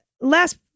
last